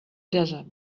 desert